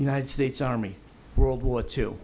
united states army world war two